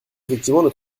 effectivement